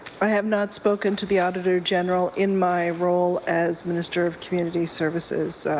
i have not spoken to the auditor general in my role as minister of community services.